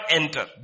enter